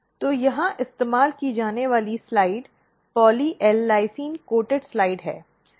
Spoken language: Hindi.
तो यहाँ इस्तेमाल की जाने वाली slides poly L lysine coated slide हैं